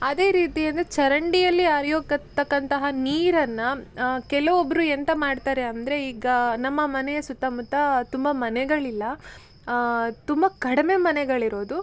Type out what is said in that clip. ಅದೇ ರೀತಿಯಿಂದ ಚರಂಡಿಯಲ್ಲಿ ಹರಿಯಕತ್ತಕ್ಕಂತಹ ನೀರನ್ನು ಕೆಲವೊಬ್ಬರು ಎಂತ ಮಾಡ್ತಾರೆ ಅಂದರೆ ಈಗ ನಮ್ಮ ಮನೆಯ ಸುತ್ತಮುತ್ತ ತುಂಬ ಮನೆಗಳಿಲ್ಲ ತುಂಬ ಕಡಿಮೆ ಮನೆಗಳಿರೋದು